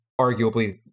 arguably